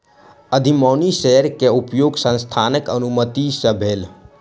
अधिमानी शेयर के उपयोग संस्थानक अनुमति सॅ भेल